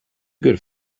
good